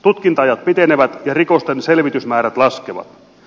tutkinta ajat pitenevät ja rikosten selvitysmäärät laskevat